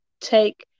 take